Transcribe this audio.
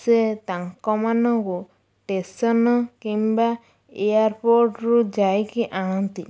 ସେ ତାଙ୍କମାନଙ୍କୁ ଷ୍ଟେସନ୍ କିମ୍ବା ଏୟାର୍ପୋର୍ଟରୁ ଯାଇକି ଆଣନ୍ତି